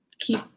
keep